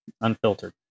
unfiltered